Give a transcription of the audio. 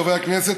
חברי הכנסת,